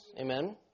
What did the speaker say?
Amen